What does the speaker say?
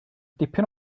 dipyn